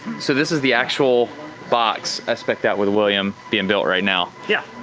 so this is the actual box i speced out with william being built right now. yeah.